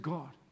God